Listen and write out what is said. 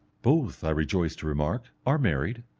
both, i rejoice to remark, are married,